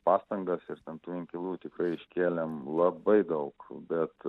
pastangas ir ten tų inkilų tikrai iškėlėm labai daug bet